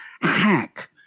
Hack